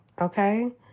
Okay